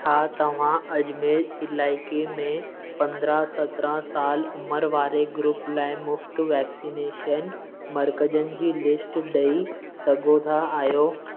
छा तव्हां अजमेर इलाइक़े में पंद्रहं सत्रहं साल उमिरि वारे ग्रुप लाइ मुफ़्त वैक्सीनेशन मर्कज़नि जी लिस्ट ॾेई सघो था आयो